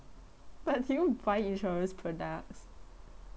but do you buy insurance products